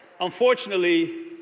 Unfortunately